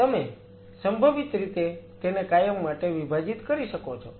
તમે સંભવિતરીતે તેને કાયમ માટે વિભાજીત કરી શકો છો